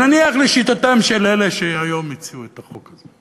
נניח לשיטתם של אלה שהיום הציעו את החוק הזה,